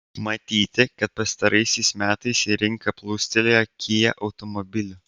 matyti kad pastaraisiais metais į rinką plūstelėjo kia automobilių